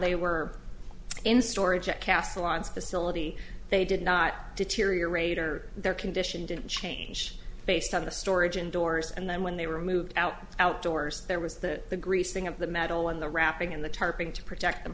they were in storage at castle on facility they did not deteriorate or their condition didn't change based on the storage indoors and then when they were moved out outdoors there was that the greasing of the metal on the wrapping in the tarping to protect them